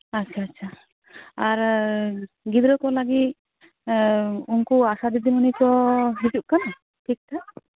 ᱟᱪᱪᱷᱟ ᱟᱪᱪᱷᱟ ᱟᱪᱪᱷᱟ ᱟᱨ ᱜᱤᱫᱽᱨᱟᱹ ᱠᱚ ᱞᱟᱹᱜᱤᱫ ᱩᱱᱠᱩ ᱟᱥᱟ ᱫᱤᱫᱤᱢᱩᱱᱤ ᱠᱚ ᱦᱤᱡᱩᱜ ᱠᱟᱱᱟ ᱴᱷᱤᱠ ᱴᱷᱟᱠ